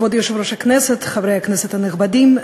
חברת הכנסת קסניה סבטלובה,